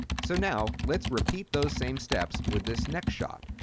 so now let's repeat those same steps with this next shot.